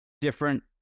different